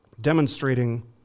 demonstrating